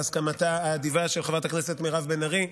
בהסכמתה האדיבה של חברת הכנסת מירב בן ארי.